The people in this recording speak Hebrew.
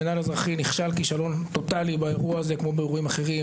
המינהל האזרחי נכשל כישלון טוטאלי באירוע הזה כמו באירועים אחרים.